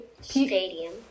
Stadium